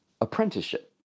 apprenticeship